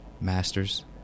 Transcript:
masters